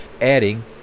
adding